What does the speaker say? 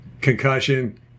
concussion